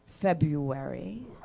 February